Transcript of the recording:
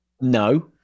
No